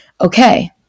okay